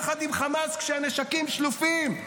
יחד עם חמאס, כשהנשקים שלופים?